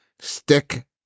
Stick